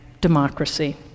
democracy